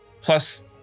plus